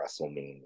WrestleMania